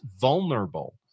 vulnerable